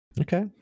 Okay